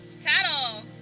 Tattle